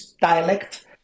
dialect